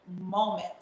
moment